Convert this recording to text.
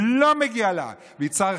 לא מגיע להן.